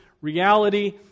reality